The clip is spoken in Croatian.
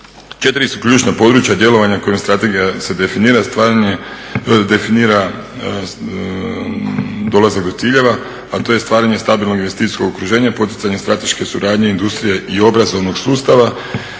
4 su ključna područja djelovanja kojim strategija se definira. Definira dolazak do ciljeva, a to je stvaranje stabilnog investicijskog okruženja, poticanje strateške suradnje industrije i obrazovnog sustava,